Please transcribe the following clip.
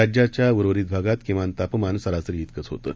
राज्याच्या उर्वरित भागात किमान तापमान सरासरी विकच होतं